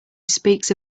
speaks